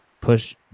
push